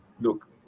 look